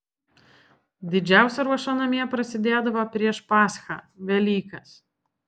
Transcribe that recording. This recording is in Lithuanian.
didžiausia ruoša namie prasidėdavo prieš paschą velykas